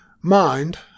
Mind